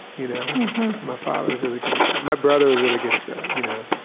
you know my father was really good at that. my brother was really good at that. you know